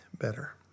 better